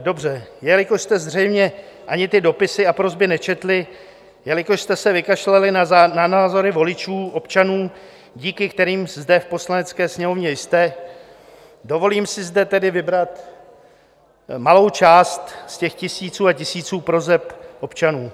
Dobře, jelikož jste zřejmě ani ty dopisy a prosby nečetli, jelikož jste se vykašlali na názory voličů, občanů, díky kterým zde v Poslanecké sněmovně jste, dovolím si zde tedy vybrat malou část z těch tisíců a tisíců proseb občanů.